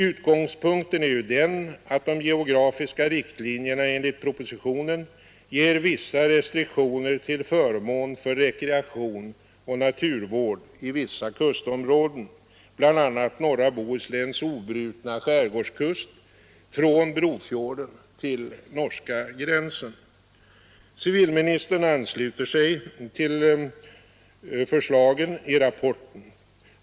Utgångspunkten är ju den att de geografiska riktlinjerna enligt propositionen ger vissa restriktioner till förmån för rekreation och naturvård i vissa kustområden, bl.a. norra Bohusläns obrutna skärgårdskust från Brofjorden till norska gränsen. Civilministern ansluter sig till förslagen i rapporten.